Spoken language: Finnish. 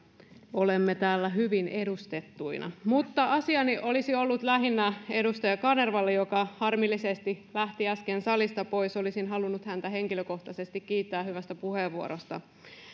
olemme täällä hyvin edustettuina mutta asiani olisi ollut lähinnä edustaja kanervalle joka harmillisesti lähti äsken salista pois olisin halunnut häntä henkilökohtaisesti kiittää hyvästä puheenvuorosta